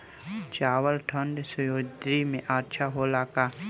चावल ठंढ सह्याद्री में अच्छा होला का?